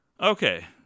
Okay